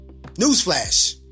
newsflash